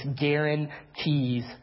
guarantees